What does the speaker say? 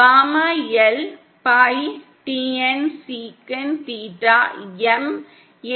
gamma L pi TN sec theta M